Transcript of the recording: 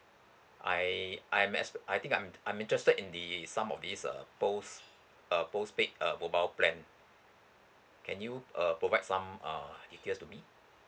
I I'm as I think I'm I'm interested in the some of these uh post uh postpaid uh mobile plan can you uh provide some uh details to me